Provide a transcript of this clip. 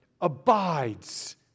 abides